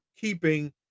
keeping